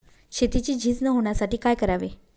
शेतीची झीज न होण्यासाठी काय करावे?